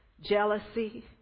jealousy